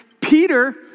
Peter